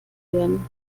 werden